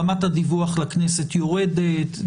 רמת הדיווח לכנסת יורדת.